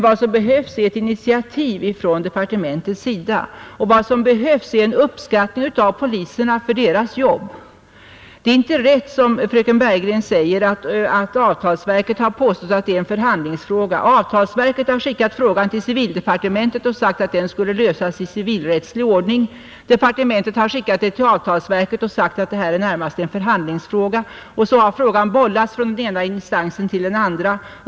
Vad som behövs är ett initiativ från departementets sida och en uppskattning av poliserna för deras jobb. Det är inte rätt som fröken Bergegren säger, att avtalsverket har påstått att det här gäller en förhandlingsfråga. Avtalsverket har skickat frågan till civildepartementet och sagt att den skall lösas i civilrättslig ordning. Departementet har skickat den till avtalsverket och sagt att det här närmast är en förhandlingsfråga. Så har frågan bollats från den ena instansen till den andra.